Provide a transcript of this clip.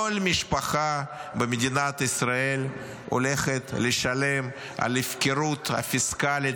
כל משפחה במדינת ישראל הולכת לשלם על ההפקרות הפיסקלית